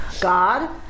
God